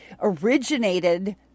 originated